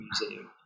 museum